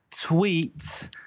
tweet